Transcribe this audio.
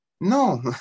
No